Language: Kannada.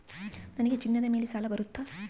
ನನಗೆ ಚಿನ್ನದ ಮೇಲೆ ಸಾಲ ಬರುತ್ತಾ?